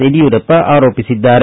ಯಡಿಯೂರಪ್ಪ ಆರೋಪಿಸಿದ್ದಾರೆ